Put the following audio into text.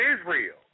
Israel